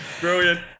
Brilliant